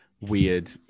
weird